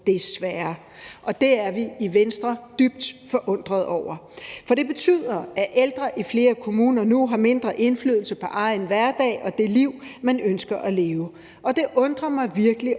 desværre – og det er vi i Venstre dybt forundrede over. For det betyder, at ældre i flere kommuner nu har mindre indflydelse på egen hverdag og det liv, man ønsker at leve, og det undrer mig virkelig